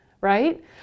right